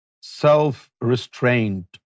self-restraint